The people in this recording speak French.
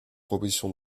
proposition